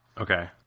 Okay